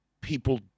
people